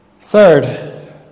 Third